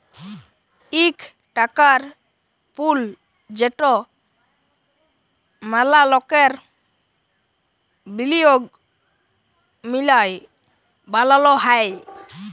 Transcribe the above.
ইক টাকার পুল যেট ম্যালা লকের বিলিয়গ মিলায় বালাল হ্যয়